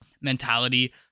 mentality